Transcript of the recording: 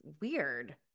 weird